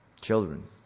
children